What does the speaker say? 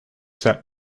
said